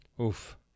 Oof